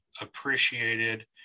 appreciated